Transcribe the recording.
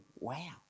Wow